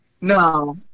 No